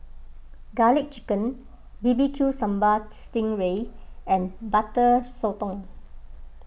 Garlic Chicken B B Q Sambal Sting Ray and Butter Sotong